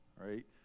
right